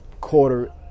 quarter